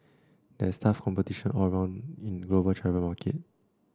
there is tough competition all round in the global travel market